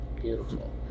Beautiful